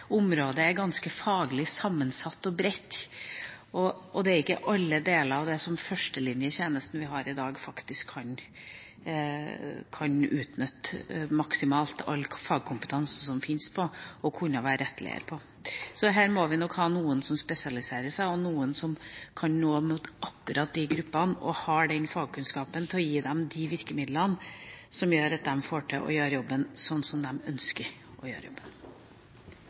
området – er ganske faglig sammensatt og bredt. Og den førstelinjetjenesten vi har i dag, kan ikke utnytte maksimalt all den fagkompetansen som fins, og kunne være rettleder på alle deler av dette området. Så her må vi nok ha noen som spesialiserer seg, og noen som kan noe om akkurat de gruppene og har fagkunnskapen til å gi dem de virkemidlene som gjør at de får til å gjøre jobben sånn som de ønsker å gjøre